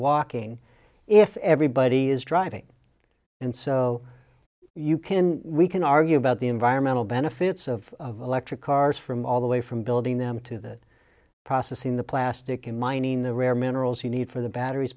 walking if everybody is driving and so you can we can argue about the environmental benefits of electric cars from all the way from building them to that process in the plastic in mining the rare minerals you need for the batteries